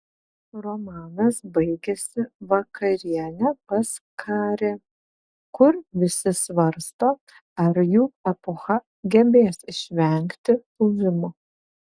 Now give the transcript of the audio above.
romanas baigiasi vakariene pas karė kur visi svarsto ar jų epocha gebės išvengti puvimo